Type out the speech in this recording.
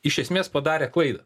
iš esmės padarė klaidą